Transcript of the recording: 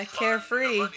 carefree